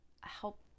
help